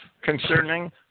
concerning